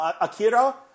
Akira